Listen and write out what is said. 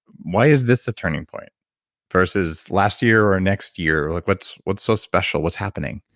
why is this a turning point versus last year or next year? like what's what's so special? what's happening?